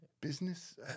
business